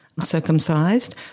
circumcised